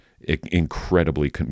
incredibly